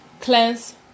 cleanse